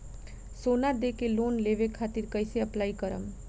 सोना देके लोन लेवे खातिर कैसे अप्लाई करम?